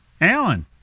Alan